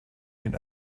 den